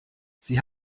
sie